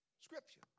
Scripture